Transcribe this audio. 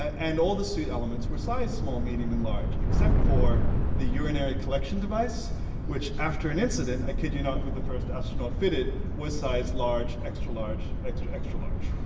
and all the suit elements were sized small, medium, and large except for the urinary collection device which after an incident, i kid you not with the first astronaut fitted, was sized large, extra large, extra, extra large.